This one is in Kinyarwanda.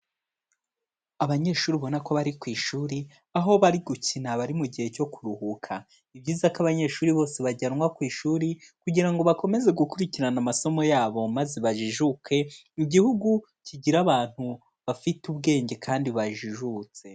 Abanyeshuri ubona ko bari ku ishuri aho bari gukina bari mu gihe cyo kuruhuka, ni byiza ko abanyeshuri bose bajyanwa ku ishuri kugira ngo bakomeze gukurikirana amasomo yabo maze bajijuke, igihugu kigire abantu bafite ubwenge kandi bajijutse.